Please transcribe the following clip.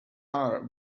are